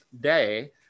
day